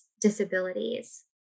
disabilities